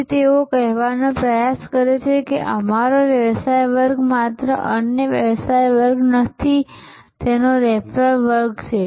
તેથી તેઓ કહેવાનો પ્રયાસ કરે છે કે અમારો વ્યવસાય વર્ગ માત્ર અન્ય વ્યવસાય વર્ગ નથી તેનો રેફલ્સવર્ગ છે